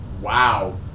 Wow